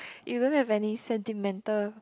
you don't have any sentimental